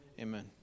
Amen